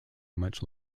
much